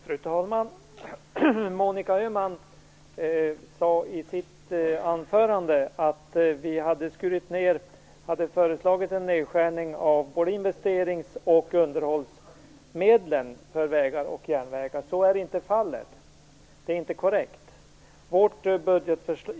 Fru talman! Monica Öhman sade i sitt anförande att vi hade föreslagit en nedskärning av både investerings och underhållsmedlen för vägar och järnvägar. Så är inte fallet. Det är inte korrekt.